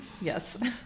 Yes